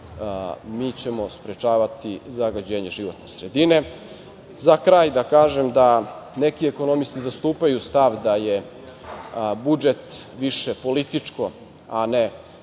mi ćemo sprečavati zagađenje životne sredine.Za kraj da kažem da neki ekonomisti zastupaju stav da je budžet više političko, a ne